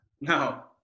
No